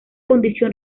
condición